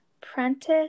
Prentice